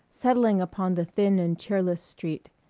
settling upon the thin and cheerless street,